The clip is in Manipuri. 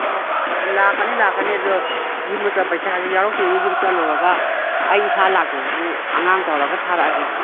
ꯍꯣꯏ ꯂꯥꯛꯀꯅꯤ ꯂꯥꯛꯀꯅꯤ ꯑꯗꯨ ꯌꯨꯝ ꯄꯩꯁꯥꯁꯦ ꯌꯥꯎꯔꯛꯇꯤꯃꯤ ꯌꯨꯝ ꯆꯠꯂꯨꯔꯒ ꯑꯩ ꯏꯁꯥ ꯂꯥꯛꯇ꯭ꯔꯁꯨ ꯑꯉꯥꯡ ꯇꯧꯔꯒ ꯊꯥꯔꯛꯂꯒꯦ